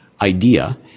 idea